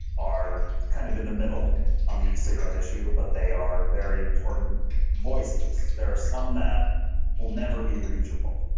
are kind of in the middle on the e-cigarette issue, but they are very important voices. there are some that will never be reachable.